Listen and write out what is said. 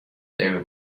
their